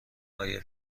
آیا